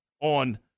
on